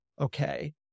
okay